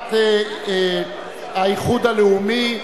סיעת האיחוד הלאומי,